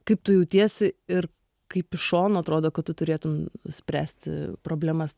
kaip tu jautiesi ir kaip iš šono atrodo kad tu turėtum spręsti problemas